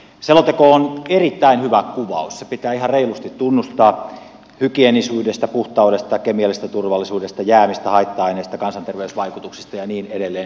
selonteko on erittäin hyvä kuvaus se pitää ihan reilusti tunnustaa hygieenisyydestä puhtaudesta kemiallisesta turvallisuudesta jäämistä haitta aineista kansanterveysvaikutuksista ja niin edelleen